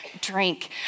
drink